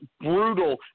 brutal